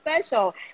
special